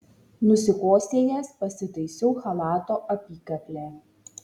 nusikosėjęs pasitaisiau chalato apykaklę